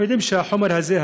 אנחנו יודעים שהחומר הזה,